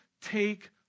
take